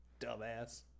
dumbass